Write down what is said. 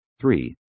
three